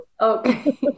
Okay